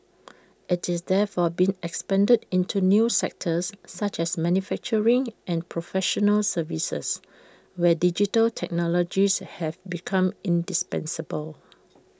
IT is therefore being expanded into new sectors such as manufacturing and professional services where digital technologies have become indispensable